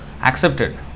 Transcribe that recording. accepted